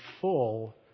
full